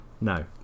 No